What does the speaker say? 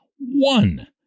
one